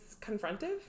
confrontive